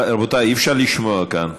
רבותי, אי-אפשר לשמוע כאן.